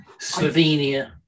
Slovenia